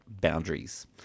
boundaries